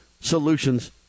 solutions